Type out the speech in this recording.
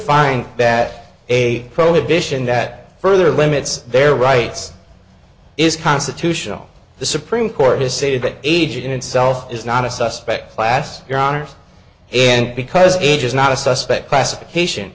find that a prohibition that further limits their rights is constitutional the supreme court decided that age in itself is not a suspect class your honour's and because age is not a suspect classification